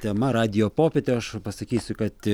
tema radijo popietėj aš pasakysiu kad